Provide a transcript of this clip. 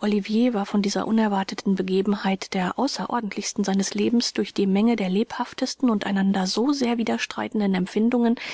olivier war von dieser unerwarteten begebenheit der außerordentlichsten seines lebens durch die menge der lebhaftesten und einander so sehr widerstreitenden empfindungen